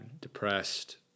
depressed